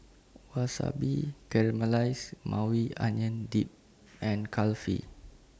Wasabi Caramelized Maui Onion Dip and Kulfi